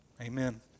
Amen